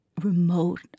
remote